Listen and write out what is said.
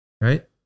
right